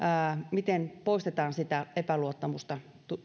miten poistetaan sitä epäluottamusta